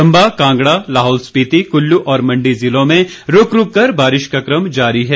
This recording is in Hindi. चंबा कांगड़ा लाहौल स्पीति कुल्लू और मंडी जिलों में रूक रूक कर बारिश का कम जारी है